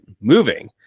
moving